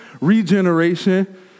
regeneration